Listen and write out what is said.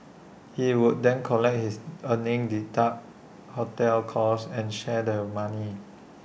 he would then collect his earnings deduct hotel costs and share the money